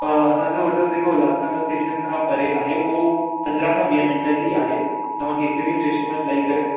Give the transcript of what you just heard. असां जो होटल जेको उल्हास नगर स्टेशन खां परे आहे उहो पंद्रहं खां वीह मिंट ई आहे तव्हां कंहिंखे बि स्टेशन मां लही करे